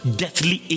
deathly